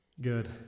Good